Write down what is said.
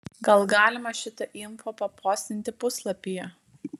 gal galima šitą info papostinti puslapyje